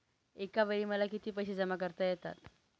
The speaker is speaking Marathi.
एकावेळी मला किती पैसे जमा करता येतात?